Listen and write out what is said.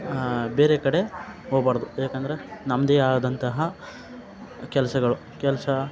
ಬೇರೆ ಕಡೆ ಹೋಬಾಡ್ದು ಯಾಕಂದರೆ ನಮ್ಮದೇ ಆದಂತಹ ಕೆಲಸಗಳು ಕೆಲಸ